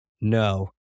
no